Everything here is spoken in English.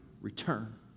return